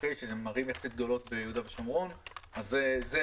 אזורים סטטיסטיים.